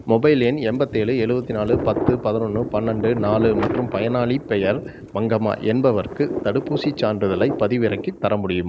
mobile எண் எண்பத்தேழு எழுபத்தி நாலு பத்து பதினொன்று பன்னெண்டு நாலு மற்றும் பயனாளிப் பெயர் மங்கம்மா என்பவருக்கு தடுப்பூசி சான்றிதழைப் பதிவிறக்கித் தர முடியுமா